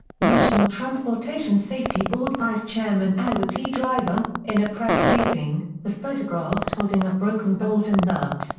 national transportation safety board vice-chairman elwood t. driver, in a press briefing, was photographed holding a broken bolt and nut,